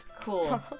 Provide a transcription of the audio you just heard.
Cool